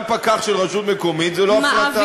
גם פקח של רשות מקומית זה לא הפרטה.